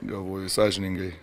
galvoju sąžiningai